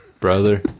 brother